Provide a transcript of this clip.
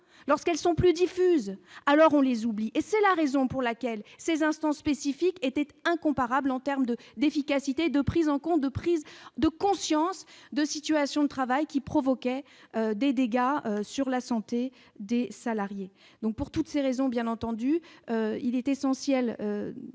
lorsqu'elles sont plus diffuses, alors on les oublie et c'est la raison pour laquelle ces instants spécifiques était incomparable en terme de d'efficacité, de prise en compte de prise de conscience de situations de travail qui provoquait. Des dégâts sur la santé des salariés, donc pour toutes ces raisons, bien entendu, il est essentiel,